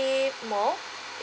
mall